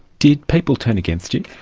did people turn against you?